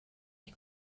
die